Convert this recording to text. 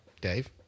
Dave